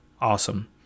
awesome